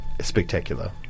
spectacular